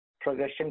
progression